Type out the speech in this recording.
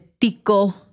Tico